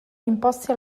imposti